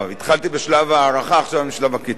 התחלתי בשלב ההארכה, עכשיו אני בשלב הקיצורים.